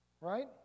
right